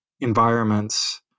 environments